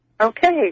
Okay